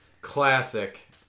Classic